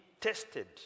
tested